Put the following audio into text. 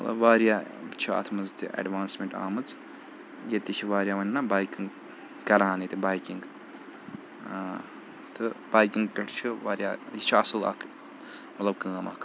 مطلب واریاہ چھِ اَتھ منٛز تہِ ایٚڈوانسمٮ۪نٛٹ آمٕژ ییٚتہِ تہِ چھِ واریاہ ؤنۍ نہ بایکِنٛگ کَران ییٚتہِ بایکِنٛگ تہٕ بایکِنٛگ پٮ۪ٹھ چھِ واریاہ یہِ چھِ اَصٕل اَکھ مطلب کٲم اَکھ